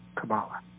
Kabbalah